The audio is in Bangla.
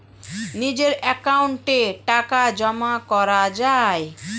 নিজের অ্যাকাউন্টে টাকা জমা করা যায়